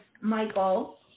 Michael